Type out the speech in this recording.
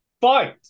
Fight